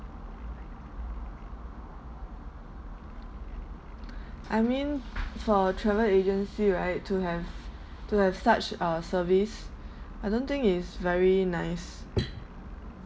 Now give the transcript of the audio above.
I mean for a travel agency right to have to have such a service I don't think is very nice